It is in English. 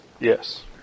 yes